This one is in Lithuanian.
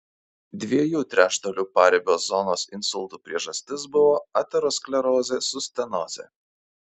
dviejų trečdalių paribio zonos insultų priežastis buvo aterosklerozė su stenoze